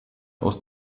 aus